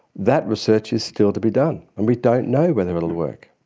that research is still to be done and we don't know whether it will work.